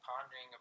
pondering